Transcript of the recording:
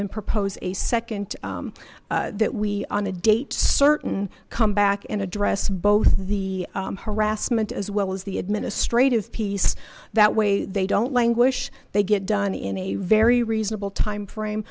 then propose a second that we on a date certain come back and address both the harassment as well as the administrative piece that way they don't languish they get done in a very reasonable timeframe